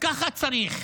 ככה צריך,